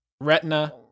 retina